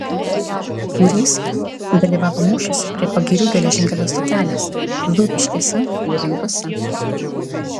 būrys dalyvavo mūšiuose prie pagirių geležinkelio stotelės zūbiškėse livintuose